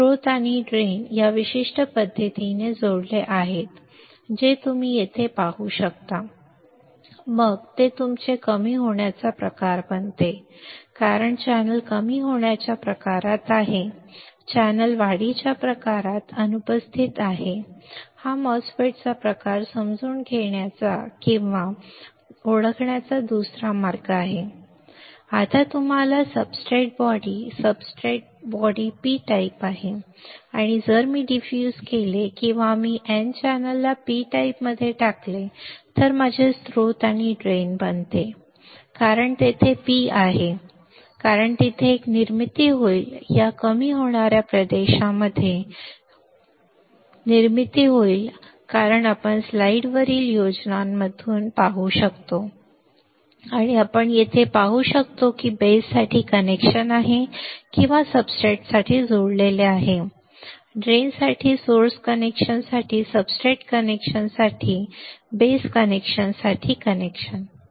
स्त्रोत आणि ड्रेन या विशिष्ट पद्धतीने जोडलेले आहेत जे तुम्ही येथे पाहू शकता मग ते तुमचे कमी होण्याचा प्रकार बनते कारण चॅनेल कमी होण्याच्या प्रकारात आहे चॅनेल वाढीच्या प्रकारात अनुपस्थित आहे हा MOSFET चा प्रकार समजून घेण्याचा किंवा ओळखण्याचा दुसरा मार्ग आहे आता तुम्हाला substrate body substrate body P type आहे आणि जर मी डिफ्यूज केले किंवा मी N चॅनेलला P टाईपमध्ये टाकले तर हे माझे स्त्रोत आणि ड्रेन बनते आणि कारण तेथे P आहे कारण तेथे एक निर्मिती होईल या कमी होणाऱ्या प्रदेशामध्ये कमी होण्याच्या प्रदेशाची निर्मिती होईल कारण आपण स्लाइडवरील योजनांमधून पाहू शकतो आणि आपण येथे पाहू शकता की बेससाठी कनेक्शन आहे किंवा सब्सट्रेटसाठी जोडलेले आहे ड्रेनसाठी स्त्रोत कनेक्शनसाठी सब्सट्रेट कनेक्शनसाठी बेस कनेक्शनसाठी कनेक्शन